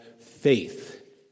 faith